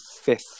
fifth